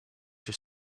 your